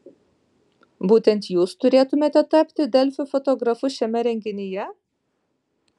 būtent jūs turėtumėte tapti delfi fotografu šiame renginyje